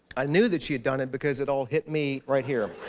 i knew that she had done it, because it all hit me, right here